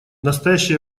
настоящее